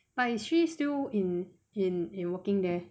but she working in in in working there